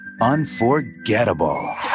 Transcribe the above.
unforgettable